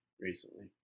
recently